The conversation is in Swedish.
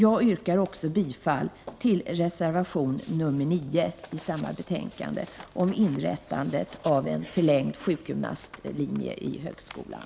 Jag yrkar också bifall till reservation 9 i utbildningsutskottets betänkande 5, om inrättande av en förlängd sjukgymnastlinje i högskolan.